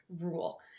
rule